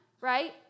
right